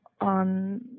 on